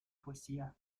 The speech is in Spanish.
poesía